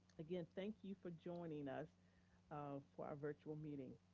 again, thank you for joining us um for our virtual meeting.